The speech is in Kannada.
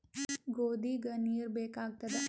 ಗೋಧಿಗ ನೀರ್ ಬೇಕಾಗತದ?